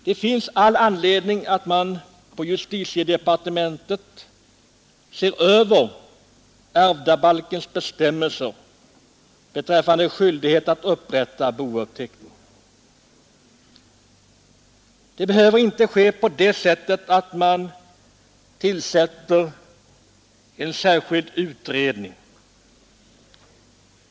Det finns all anledning att man på justitiedepartementet ser över ärvdabalkens bestämmelser beträffande skyldigheten att upprätta bouppteckning. Det behöver inte ske på det sättet att man tillsätter en särskild utredning.